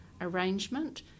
arrangement